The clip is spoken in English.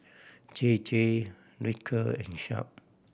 J J Ripcurl and Sharp